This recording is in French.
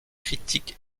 critique